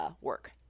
work